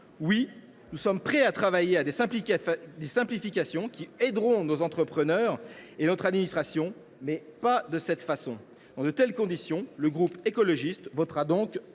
Oui, nous sommes prêts à travailler à des simplifications qui aideront nos entrepreneurs et notre administration, mais pas de cette façon. Dans de telles conditions, le groupe écologiste votera contre